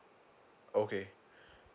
okay